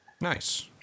Nice